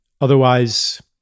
otherwise